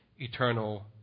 eternal